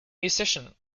musician